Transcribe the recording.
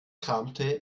kramte